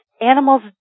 animals